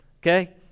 okay